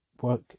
work